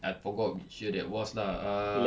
I forgot which year that was lah err